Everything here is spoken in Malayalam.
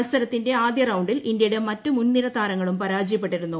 മത്സരത്തിന്റെ ആദ്യ റൌ ിൽ ഇന്ത്യയുടെ മറ്റ് മുൻനിര താരങ്ങൾ പരാജയപ്പെട്ടിരുന്നു